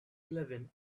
eleven